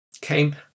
came